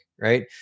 right